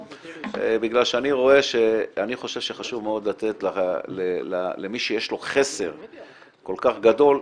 בגלל שאני חושב שחשוב מאוד לתת למי שיש לו חסר כל כך גדול,